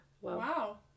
Wow